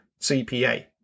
CPA